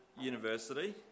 university